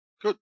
Good